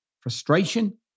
frustration